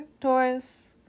Taurus